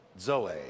zoe